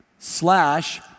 slash